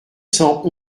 cent